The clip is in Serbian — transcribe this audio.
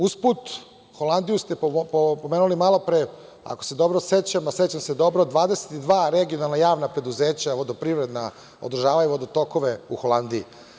Usput, Holandiju ste pomenuli malopre, ako se dobro sećam, a sećam se dobro, 22 regionalna javna preduzeća vodoprivredna održavaju vodotokove u Holandiji.